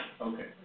Okay